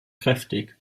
kräftig